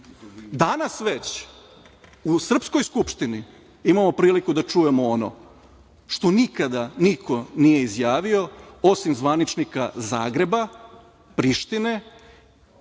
Danas već u srpskoj Skupštini imamo priliku da čujemo ono što nikada niko nije izjavio, osim zvaničnika Zagreba, Prištine